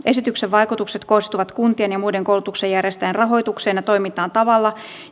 esityksen vaikutukset kohdistuvat kuntien ja muiden koulutuksen järjestäjien rahoitukseen ja toimintaan tavalla